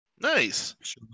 Nice